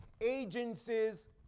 Agencies